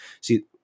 See